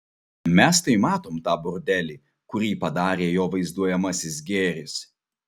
mes tai matom tą bordelį kurį padarė jo vaizduojamasis gėris